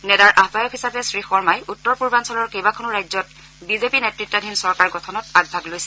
নেডাৰ আহায়ক হিচাপে শ্ৰীশৰ্মাই উত্তৰ পূৰ্বাঞ্চলৰ কেইবাখনো ৰাজ্যত বিজেপি নেতৃতাধীন চৰকাৰ গঠনত আগভাগ লৈছে